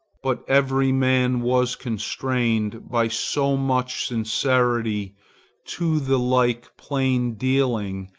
but every man was constrained by so much sincerity to the like plaindealing,